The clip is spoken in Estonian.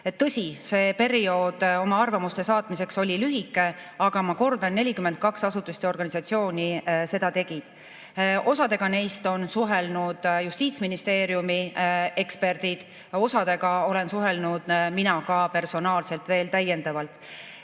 Tõsi, see periood oma arvamuste saatmiseks oli lühike, aga ma kordan, 42 asutust ja organisatsiooni seda tegid. Osaga neist on suhelnud Justiitsministeeriumi eksperdid ja osaga olen suhelnud mina ka personaalselt veel täiendavalt. Kui